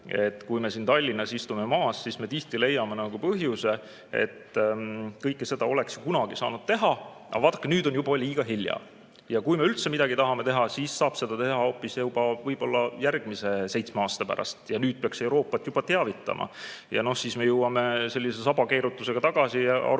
Kui me siin Tallinnas maas istume, siis me tihti leiame, et kõike seda oleks kunagi saanud teha, aga vaadake, nüüd on juba liiga hilja. Ja kui me üldse midagi tahame teha, siis saab seda teha hoopis võib-olla järgmise seitsme aasta pärast ja nüüd peaks Euroopat juba teavitama. Ja siis me jõuame sellise sabakeerutusega tagasi ja arutame